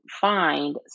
find